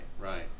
right